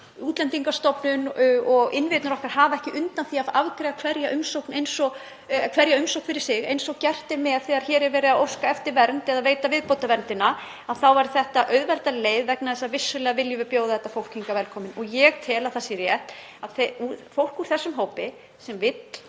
Útlendingastofnun og innviðirnir okkar hafa ekki undan því að afgreiða hverja umsókn fyrir sig eins og gert er þegar hér er verið að óska eftir vernd eða veita viðbótarverndina — þá var þetta auðveldari leið vegna þess að vissulega viljum við bjóða þetta fólk hingað velkomið. Ég tel að það sé rétt að fólk úr þessum hópi sem vill